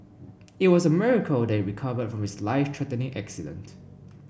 it was a miracle that he recovered from his life threatening accident